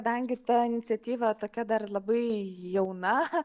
kadangi ta iniciatyva tokia dar labai jauna